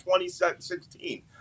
2016